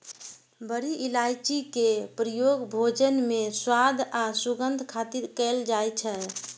बड़ी इलायची के प्रयोग भोजन मे स्वाद आ सुगंध खातिर कैल जाइ छै